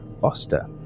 Foster